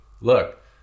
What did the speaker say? Look